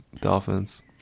dolphins